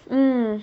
mm